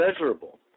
measurable